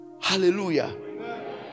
Hallelujah